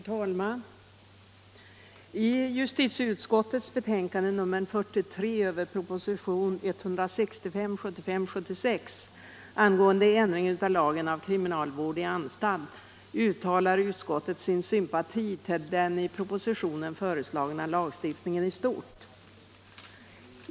Herr talman! I justitieutskottets förevarande betänkande nr 43 över propositionen 1975/76:165 om ändring i lagen om kriminalvård i anstalt uttalar utskottet sin sympati för den i propositionen föreslagna lagstiftningen i stort.